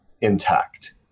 intact